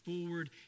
forward